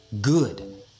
good